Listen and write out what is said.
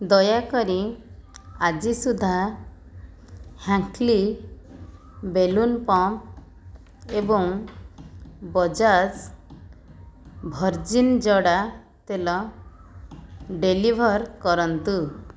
ଦୟାକରି ଆଜି ସୁଦ୍ଧା ହ୍ୟାଙ୍କ୍ଲି ବେଲୁନ୍ ପମ୍ପ୍ ଏବଂ ବଜାଜ୍ ଭର୍ଜିନ୍ ଜଡ଼ା ତେଲ ଡେଲିଭର୍ କରନ୍ତୁ